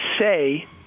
say